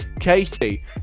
Katie